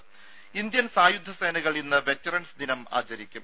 ദേദ ഇന്ത്യൻ സായുധ സേനകൾ ഇന്ന് വെറ്ററൻസ് ദിനം ആചരിക്കും